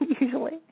usually